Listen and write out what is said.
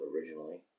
originally